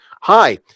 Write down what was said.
hi